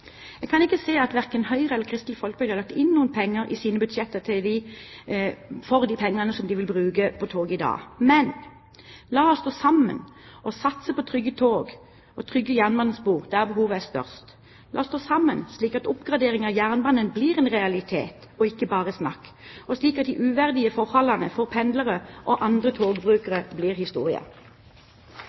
Jeg kan ikke se at verken Høyre eller Kristelig Folkeparti har lagt inn noen penger i sine budsjetter for de pengene de vil bruke på tog i dag, men la oss stå sammen og satse på trygge tog og trygge jernbanespor der behovet er størst. La oss stå sammen, slik at oppgradering av jernbanen blir en realitet og ikke bare snakk – slik at de uverdige forholdene for pendlere og andre togbrukere blir historie.